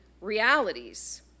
realities